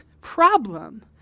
problem